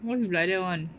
why you like that [one]